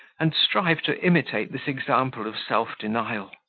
and strive to imitate this example of self-denial.